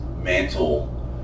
mantle